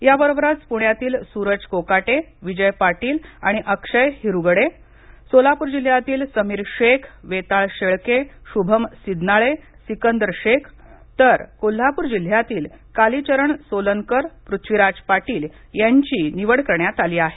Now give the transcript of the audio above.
याबरोबरच पुण्यातील सूरज कोकाटे विजय पाटील आणि अक्षय हिरुगडे सोलापूर जिल्ह्यातील समीर शेख वेताळ शेळके श्भम सिदनाळे सिकंदर शेख तर कोल्हापूर जिल्ह्यातील कालीचरण सोलनकर पृथ्वीराज पाटील यांची निवड करण्यात आली आहे